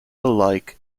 alike